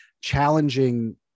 challenging